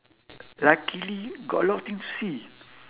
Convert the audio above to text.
luckily got a lot of things to see